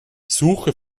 suche